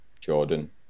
Jordan